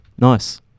Nice